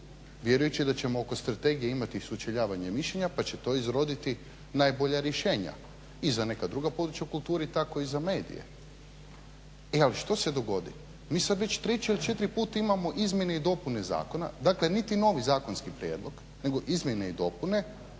vjerujući da ćemo oko strategije imati sučeljavanje mišljenja pa će to izroditi najbolja rješenja i za neka druga područja u kulturi, tako i za medije. Ali što se dogodi, mi sad već treći ili četvrti put imamo izmjene i dopune zakona, dakle niti novi zakonski prijedlog nego izmjene i dopune